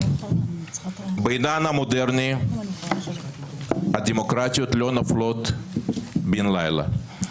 בעידן המודרני הדמוקרטיות לא נופלות בן לילה.